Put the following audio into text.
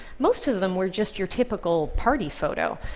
most of them were just your typical party photo.